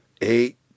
Eight